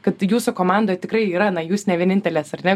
kad jūsų komandoj tikrai yra na jūs ne vienintelės ar ne